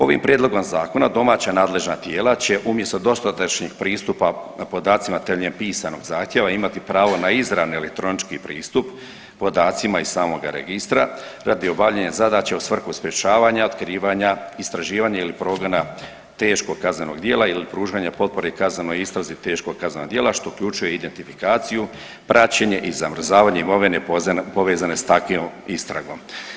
Ovim prijedlogom zakona domaća nadležna tijela će umjesto dosadašnjeg pristupa podacima temeljem pisanog zahtjeva imati pravo na izravni elektronički pristup podacima iz samoga registra radi obavljanja zadaća u svrhu sprječavanja, otkrivanja, istraživanja ili progona teškog kaznenog djela ili pružanja potpore kaznenoj istrazi teškog kaznenog djela što uključuje identifikaciju, praćenje i zamrzavanje imovine povezane s takvom istragom.